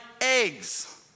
eggs